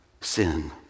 sin